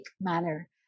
manner